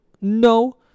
No